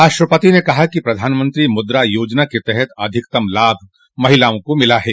राष्ट्रपति ने कहा कि प्रधानमंत्री मुद्रा योजना के तहत अधिकतम लाभ महिलाओं को मिला है